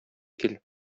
кил